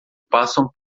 passam